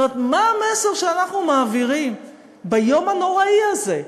כלומר, מה המסר שאנחנו מעבירים ביום הנוראי הזה?